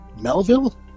Melville